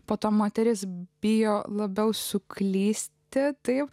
po to moteris bijo labiau suklysti taip